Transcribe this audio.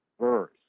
verse